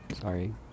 Sorry